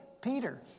Peter